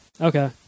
Okay